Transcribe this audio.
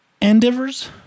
Endeavors